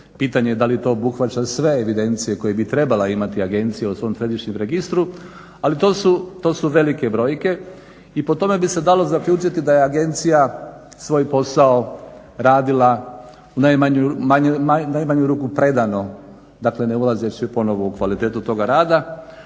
Pitanje je da li to obuhvaća sve evidencije, koje bi trebala imati agencija u svom središnjem registru, ali to su velike brojke i po tome bi se dalo zaključiti da je agencija svoj posao radila u najmanju ruku predano, dakle ne ulazeći ponovno u kvalitetu toga rada.